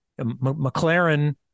McLaren